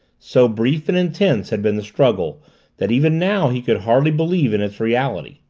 so brief and intense had been the struggle that even now he could hardly believe in its reality.